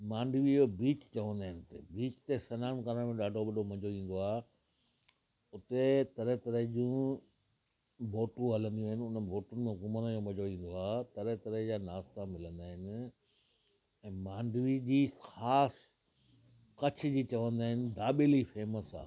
मांडवी जो बीच चवंदा आहिनि बीच ते सनान करणु ॾाढो वॾो मज़ो ईंदो आहे उते तरह तरह जूं बोथू हलंदियूं आहिनि हुन बोतियुनि में घुमण में मज़ो ईंदो आहे तरह तरह जा नाश्ता मिलंदा आहिनि ऐं मांडवी जी ख़ासि कच्छ जी चवंदा आहिनि दाबेली फेमस आहे